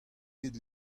ket